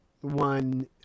one